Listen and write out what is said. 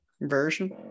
version